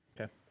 Okay